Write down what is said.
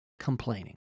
complaining